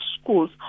schools